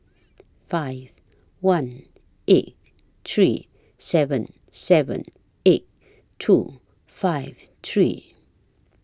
five one eight three seven seven eight two five three